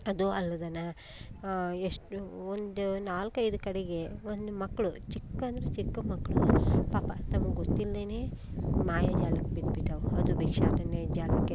ಅದು ಅಲ್ದೆನ ಎಷ್ಟು ಒಂದು ನಾಲ್ಕೈದು ಕಡೆಗೆ ಒಂದು ಮಕ್ಕಳು ಚಿಕ್ಕ ಅಂದರೆ ಚಿಕ್ಕ ಮಕ್ಕಳು ಪಾಪ ತಮಗೆ ಗೊತ್ತಿಲ್ಲದೇನೆ ಮಾಯಾಜಾಲಕ್ಕೆ ಬಿದ್ದುಬಿಟ್ಟವು ಅದು ಭಿಕ್ಷಾಟನೆ ಜಾಲಕ್ಕೆ